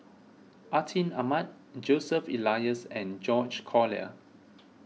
Atin Amat Joseph Elias and George Collyer